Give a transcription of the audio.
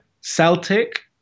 Celtic